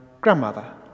grandmother